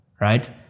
right